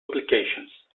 applications